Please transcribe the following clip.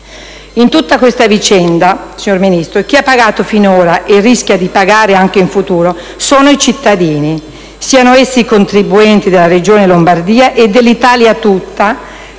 In tutta questa vicenda, signor Ministro, chi ha pagato finora, e rischia di pagare anche in futuro, sono i cittadini: siano essi i contribuenti della Regione Lombardia e dell'Italia tutta